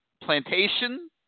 plantation